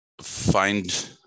find